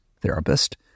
therapist